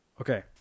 Okay